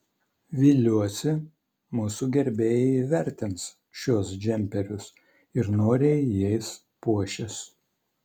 viliuosi mūsų gerbėjai įvertins šiuos džemperius ir noriai jais puošis